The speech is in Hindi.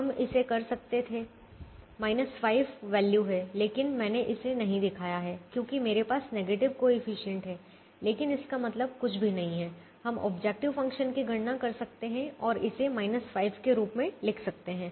हम इसे कर सकते थे 5 वैल्यू है लेकिन मैंने इसे नहीं दिखाया है क्योंकि मेरे पास नेगेटिव कोएफिशिएंट है लेकिन इसका मतलब कुछ भी नहीं है हम ऑब्जेक्टिव फ़ंक्शन की गणना कर सकते हैं और इसे 5 के रूप में लिख सकते हैं